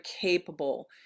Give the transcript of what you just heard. capable